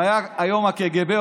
אם היה היום הקג"ב,